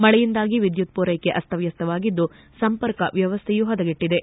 ಮಳೆಯಿಂದಾಗಿ ವಿದ್ಯುತ್ ಪೂರೈಕೆ ಅಸ್ತವಸ್ತವಾಗಿದ್ದು ಸಂಪರ್ಕ ವ್ಯವಸ್ಥೆಯೂ ಹದಗೆಟ್ಟದೆ